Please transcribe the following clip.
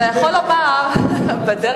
אתה יכול לומר בדרך,